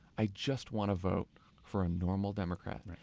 i just want to vote for a normal democrat.